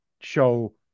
show